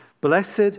Blessed